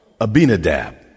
Abinadab